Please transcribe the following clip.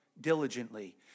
Diligently